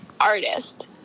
Artist